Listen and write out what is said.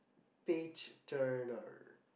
page turner